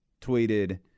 tweeted